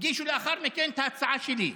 הגישו לאחר מכן את ההצעה שלי.